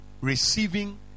Receiving